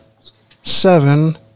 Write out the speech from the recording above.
seven